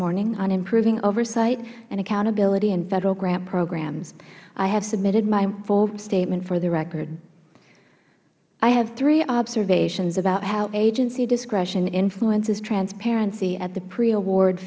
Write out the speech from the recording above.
morning on improving oversight and accountability in federal grant programs i have submitted my full statement for the record i have three observations about how agency discretion influences transparency at the pre award